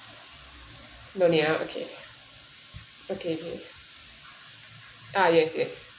no need uh okay okay okay uh yes yes